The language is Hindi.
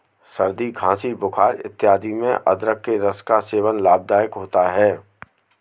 सर्दी खांसी बुखार इत्यादि में अदरक के रस का सेवन लाभदायक होता है